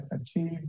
achieved